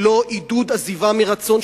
של עידוד עזיבה מרצון,